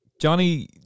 Johnny